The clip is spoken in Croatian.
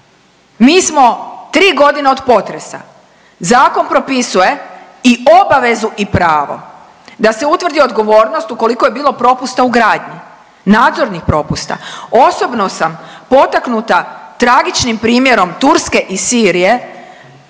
mi smo 3 godine od potresa, zakon propisuje i obavezu i pravo da se utvrdi odgovornost ukoliko je bilo propusta u gradnji. Nadzornih propusta, osobno sam potaknuta tragičnim primjerom Turske i Sirije